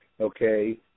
okay